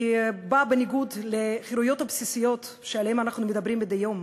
היא באה בניגוד לחירויות הבסיסיות שעליהן אנחנו מדברים מדי יום.